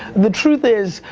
the truth is,